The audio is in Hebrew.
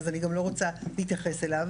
אז אני גם לא רוצה להתייחס אליו,